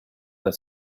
that